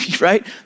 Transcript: right